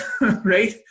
right